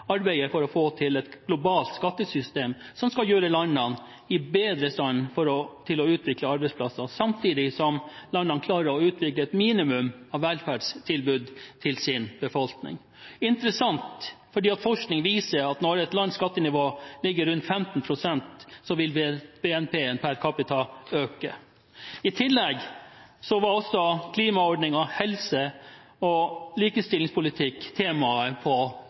for å få til et globalt skattesystem som skal gjøre landene bedre i stand til å utvikle arbeidsplasser, samtidig som landene klarer å utvikle et minimum av velferdstilbud til sin befolkning. Det er interessant, fordi forskning viser at når et lands skattenivå ligger rundt 15 pst., vil BNP per capita øke. I tillegg var klimaordninger, helse og likestillingspolitikk tema på